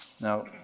Now